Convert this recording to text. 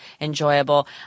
enjoyable